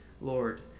Lord